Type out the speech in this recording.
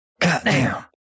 Goddamn